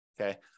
okay